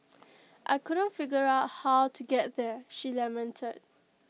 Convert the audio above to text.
I couldn't figure out how to get there she lamented